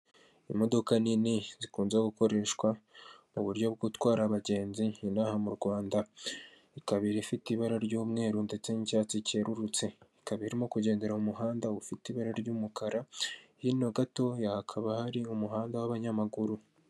Imodoka nini zikunze gukoreshwa mu buryo bwo gutwara abagenzi aha mu Rwanda ika kabiri ifite ibara ry'umweru ndetse n'icyatsi cyerurutse ikaba irimogende mu muhanda ufite ibara ry'umukara hino gatoya hakaba hari umuhanda w'abanyamaguru.